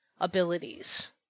abilities